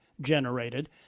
generated